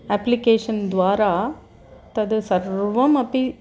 अप्लिकेशन्द्वारा तद् सर्वमपि